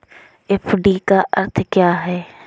FD का अर्थ क्या है?